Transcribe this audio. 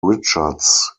richards